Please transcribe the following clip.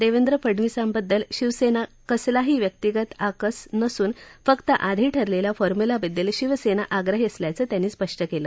देवेंद्र फडनविसांबद्दल शिवसेनेला कसलाही व्यक्तीगत आकस नसून फक्त आधी ठरलेल्या फॉर्म्युल्याबद्दल शिवसेना आग्रही असल्याचं त्यांनी स्पष्ट केलं